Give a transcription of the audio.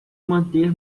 manter